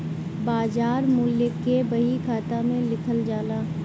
बाजार मूल्य के बही खाता में लिखल जाला